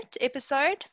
episode